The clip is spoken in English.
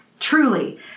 Truly